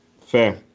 fair